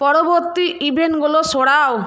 পরবর্তী ইভেন্টগুলো সরাও